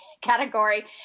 category